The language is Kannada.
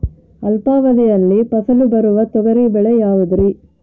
ಅಲ್ಪಾವಧಿಯಲ್ಲಿ ಫಸಲು ಬರುವ ತೊಗರಿ ತಳಿ ಯಾವುದುರಿ?